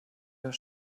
does